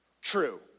true